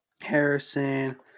Harrison